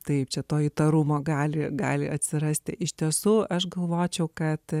taip čia to įtarumo gali gali atsirasti iš tiesų aš galvočiau kad